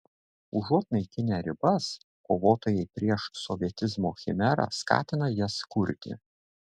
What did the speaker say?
užuot naikinę ribas kovotojai prieš sovietizmo chimerą skatina jas kurti